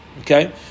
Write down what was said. Okay